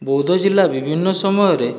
ବୌଦ୍ଧ ଜିଲ୍ଲା ବିଭିନ୍ନ ସମୟରେ